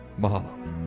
Mahalo